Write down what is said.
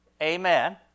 Amen